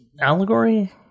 allegory